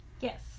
Yes